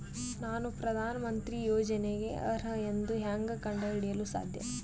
ನಾನು ಪ್ರಧಾನ ಮಂತ್ರಿ ಯೋಜನೆಗೆ ಅರ್ಹ ಎಂದು ಹೆಂಗ್ ಕಂಡ ಹಿಡಿಯಲು ಸಾಧ್ಯ?